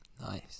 Nice